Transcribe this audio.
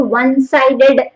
one-sided